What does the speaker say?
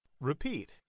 repeat